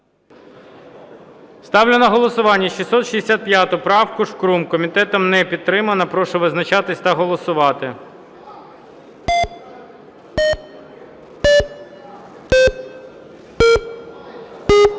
Ставлю на голосування 665 правку Шкрум. Комітетом не підтримана. Прошу визначатись та голосувати.